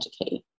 educate